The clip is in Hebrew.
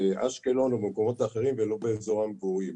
באשקלון או במקומות אחרים ולא באזור המגורים.